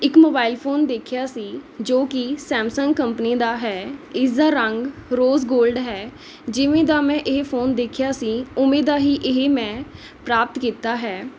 ਇੱਕ mobile phone ਦੇਖਿਆ ਸੀ ਜੋ ਕਿ ਸੈਮਸੰਗ ਕੰਪਨੀ ਦਾ ਹੈ ਇਸ ਦਾ ਰੰਗ ਰੋਜ਼ ਗੋਲਡ ਹੈ ਜਿਵੇਂ ਦਾ ਮੈਂ ਇਹ ਫ਼ੋਨ ਦੇਖਿਆ ਸੀ ਉਵੇਂ ਦਾ ਹੀ ਇਹ ਮੈਂ ਪ੍ਰਾਪਤ ਕੀਤਾ ਹੈ